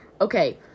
Okay